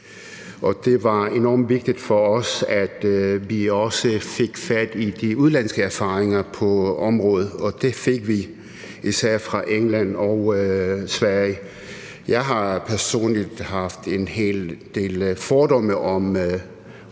det var enormt vigtigt for os, at vi også fik fat i de udenlandske erfaringer på området, og det fik vi, især fra England og Sverige. Jeg har personligt haft en hel del fordomme om udtrykket